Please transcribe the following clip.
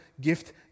gift